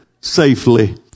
safely